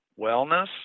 wellness